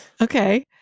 Okay